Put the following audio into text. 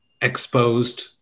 exposed